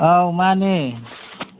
ꯑꯧ ꯃꯥꯟꯅꯦ